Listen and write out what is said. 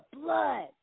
blood